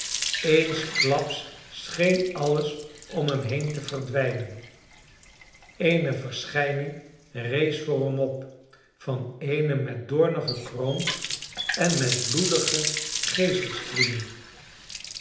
eensklaps scheen alles om hem heen te verdwijnen eene verschijning rees voor hem op van eenen met doornen gekroond en met